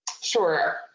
Sure